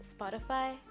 Spotify